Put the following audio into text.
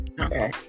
Okay